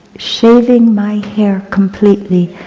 shaving my hair completely,